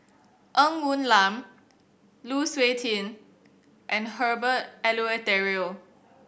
Ng Woon Lam Lu Suitin and Herbert Eleuterio